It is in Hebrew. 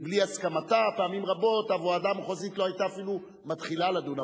כי בלי הסכמתה פעמים רבות הוועדה המחוזית אפילו לא היתה מתחילה לדון.